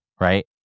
Right